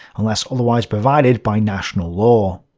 unless otherwise provided by national law.